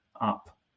up